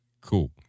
cool